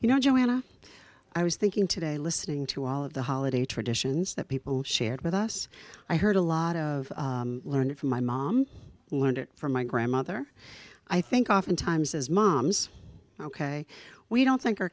you know joanna i was thinking today listening to all of the holiday traditions that people shared with us i heard a lot of learned from my mom learned it from my grandmother i think often times as moms ok we don't like our